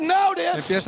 notice